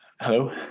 Hello